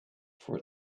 for